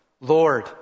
Lord